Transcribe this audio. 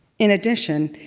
in addition,